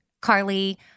Carly